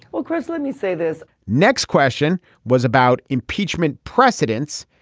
well chris let me say this next question was about impeachment precedents.